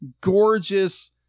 gorgeous